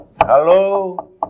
Hello